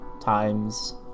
times